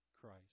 Christ